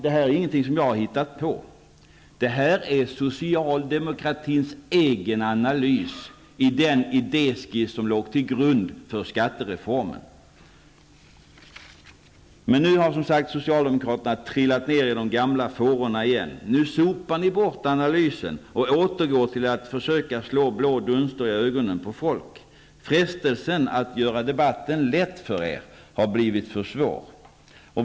Det här är ingenting som jag har hittat på. Det här är socialdemokratins egen analys, redovisad i den idéskiss som låg till grund för skattereformen. Nu har som sagt socialdemokraterna trillat ner i de gamla fårorna igen. Nu sopar ni bort analysen och återgår till att försöka slå blå dunster i ögonen på folk. Frestelsen att göra debatten lätt för er har blivit för svår.